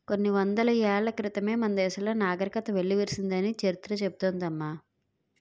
కొన్ని వందల ఏళ్ల క్రితమే మన దేశంలో నాగరికత వెల్లివిరిసిందని చరిత్ర చెబుతోంది అమ్మ